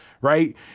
right